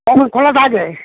কখন খোলা থাকে